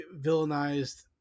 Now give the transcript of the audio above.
villainized